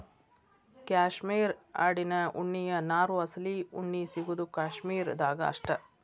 cashmere ಆಡಿನ ಉಣ್ಣಿಯ ನಾರು ಅಸಲಿ ಉಣ್ಣಿ ಸಿಗುದು ಕಾಶ್ಮೇರ ದಾಗ ಅಷ್ಟ